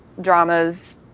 dramas